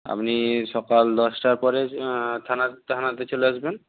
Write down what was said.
আপনি সকাল দশটার পরে থানা থানাতে চলে আসবেন